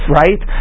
right